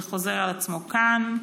זה חוזר על עצמו כאן,